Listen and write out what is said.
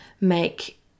make